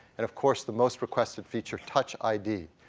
and of course the most requested feature, touch id.